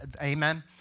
amen